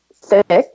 six